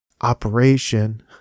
operation